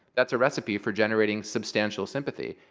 that's a recipe for generating substantial sympathy.